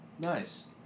Nice